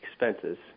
expenses